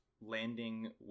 landing